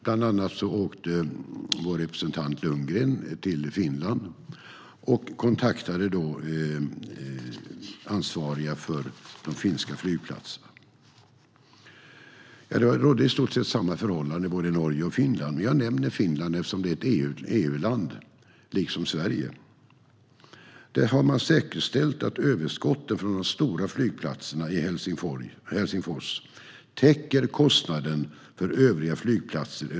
Bland annat åkte vår representant Lundgren till Finland och kontaktade dem som är ansvariga för de finska flygplatserna. Det rådde i stort sätt samma förhållanden i Norge och Finland. Jag nämner Finland eftersom det, liksom Sverige, är ett EU-land. Där har man säkerställt att överskotten från de stora flygplatserna i Helsingfors täcker kostnaden för övriga flygplatser.